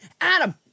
Adam